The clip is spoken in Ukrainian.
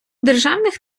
державних